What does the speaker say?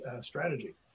strategy